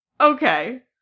Okay